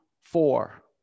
four